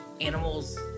animals